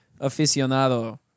aficionado